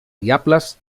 diables